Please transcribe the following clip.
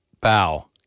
Bow